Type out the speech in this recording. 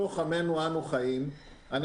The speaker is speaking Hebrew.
אני אומר לך גם בלי לשמוע, אני